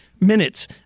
minutes